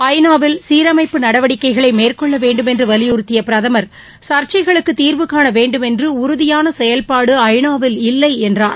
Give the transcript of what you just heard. ஐநாவில் சீரமைப்பு நடவடிக்கைகளை மேற்கொள்ள வேண்டும் என்று வலியுறத்திய பிரதமர் சர்ச்சைகளுக்கு தீர்வுகாண வேண்டும் என்ற உறுதியான செயல்பாடு ஐநாவில் இல்லை என்றார்